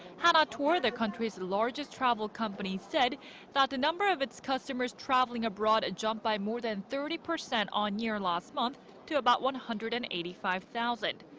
hanatour the country's largest travel company said that the number of its customers traveling abroad jumped by more than thirty percent on-year last month to about one hundred and eighty five thousand.